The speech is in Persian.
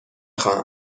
خواهم